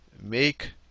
Make